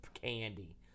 candy